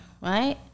right